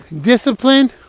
discipline